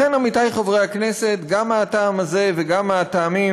לכן, עמיתי חברי הכנסת, גם מהטעם הזה, וגם מהטעמים